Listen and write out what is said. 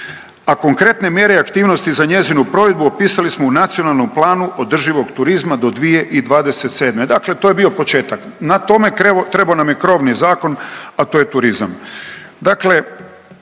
a konkretne mjere i aktivnosti za njezinu provedbu opisali smo u Nacionalnom planu održivog turizma do 2027., dakle to je bio početak. Na tome trebo, trebo nam je krovni zakon, a to je turizam.